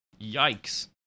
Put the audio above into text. Yikes